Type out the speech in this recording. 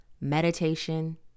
meditation